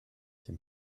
dem